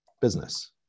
business